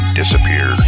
disappear